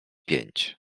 pięć